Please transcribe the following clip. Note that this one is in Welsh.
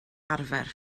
arfer